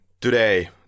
today